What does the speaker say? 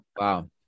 Wow